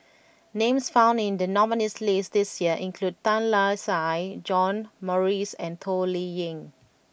names found in the nominees' list this year include Tan Lark Sye John Morrice and Toh Liying